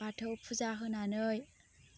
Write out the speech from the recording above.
बाथौ फुजा होनानै